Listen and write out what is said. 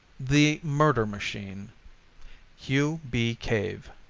the murder machine hugh b. cave